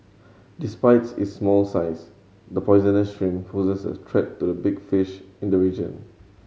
despites its small size the poisonous shrimp poses a threat to the big fish in the region